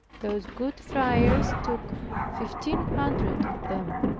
those good friars took fifteen hundred of them.